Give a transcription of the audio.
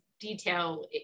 detail